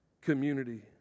community